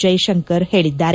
ಜೈಶಂಕರ್ ಹೇಳಿದ್ದಾರೆ